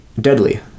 deadly